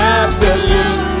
absolute